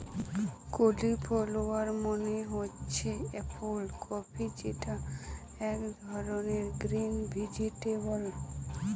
cauliflower মানে হচ্ছে ফুল কপি যেটা এক ধরনের গ্রিন ভেজিটেবল